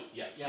yes